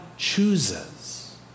chooses